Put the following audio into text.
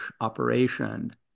operation